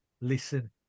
listen